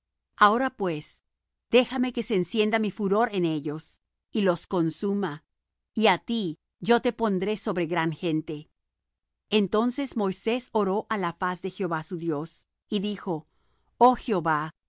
ahora pues déjame que se encienda mi furor en ellos y los consuma y á ti yo te pondré sobre gran gente entonces moisés oró á la faz de jehová su dios y dijo oh